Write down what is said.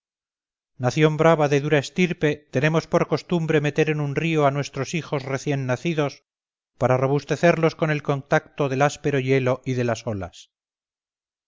ulises nación brava de dura estirpe tenemos por costumbre meter en un río a nuestros hijos recién nacidos para robustecerlos con el contacto del áspero hielo y de las olas